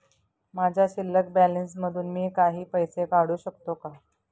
माझ्या शिल्लक बॅलन्स मधून मी काही पैसे काढू शकतो का?